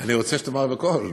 אני רוצה שתאמר בקול.